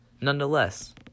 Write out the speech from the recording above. Nonetheless